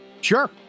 sure